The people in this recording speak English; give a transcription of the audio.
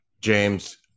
James